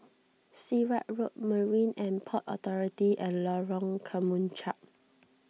Sirat Road Marine and Port Authority and Lorong Kemunchup